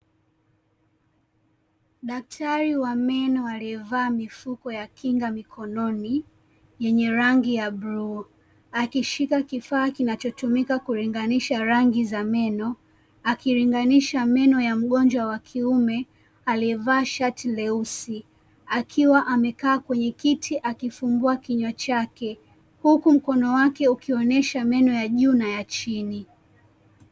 Daktari wa meno aliyevaa mifukoya kinga mikononi yenye rangiya bluu, akishika kifaa kinachotumika kulinganisha rangi za meno, akilinganisha meno ya mgonjwa wa kiume aliyevaa shati leusi, akiwa amekaa kwenye kiti akifungua kinywa chake, huku mkono wake ukionesha meno ya juu na ya chini.